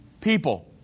people